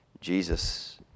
Jesus